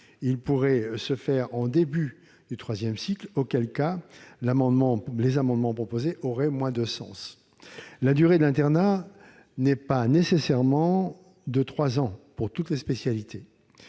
il pourrait se faire au début du troisième cycle, auquel cas les amendements proposés auraient moins de sens. Ensuite, et surtout, la durée de l'internat n'est pas nécessairement de trois ans pour toutes les spécialités.